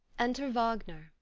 enter wagner.